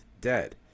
dead